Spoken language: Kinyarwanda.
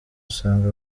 usanga